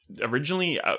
originally